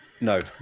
No